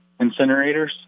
incinerators